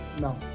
no